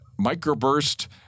microburst